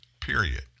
period